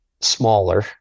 smaller